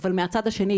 אבל מהצד השני,